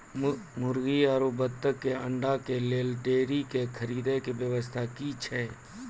मुर्गी आरु बत्तक के अंडा के लेल डेयरी के खरीदे के व्यवस्था अछि कि?